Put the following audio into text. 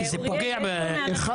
כי זה פוגע בנצרתים.